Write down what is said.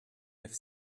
have